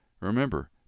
Remember